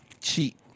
Cheat